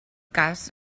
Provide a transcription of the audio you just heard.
cas